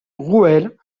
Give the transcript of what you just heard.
rouelle